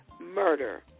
Murder